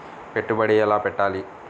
పెట్టుబడి ఎలా పెట్టాలి?